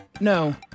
No